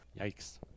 Yikes